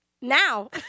Now